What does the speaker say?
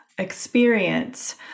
experience